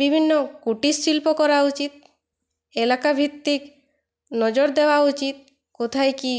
বিভিন্ন কুটিরশিল্প করা উচিত এলাকাভিত্তিক নজর দেওয়া উচিত কোথায় কী